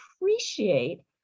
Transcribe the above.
appreciate